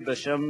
אדוני, יש לך